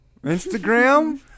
instagram